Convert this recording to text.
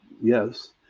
Yes